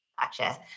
Gotcha